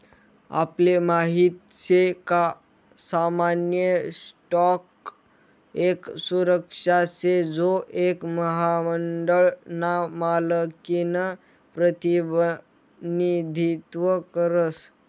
आपले माहित शे का सामान्य स्टॉक एक सुरक्षा शे जो एक महामंडळ ना मालकिनं प्रतिनिधित्व करस